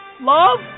love